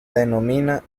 denomina